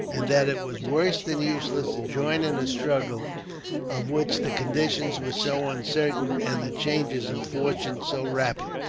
and that it was worse than useless to join in a struggle of which the conditions were so uncertain, and the changes of fortune so rapid,